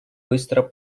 быстро